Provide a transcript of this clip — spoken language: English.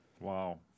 Wow